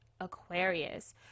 Aquarius